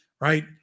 right